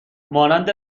مانند